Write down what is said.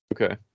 Okay